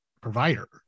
provider